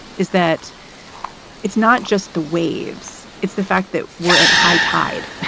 is that it's not just the waves. it's the fact that we're at high tide.